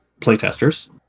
playtesters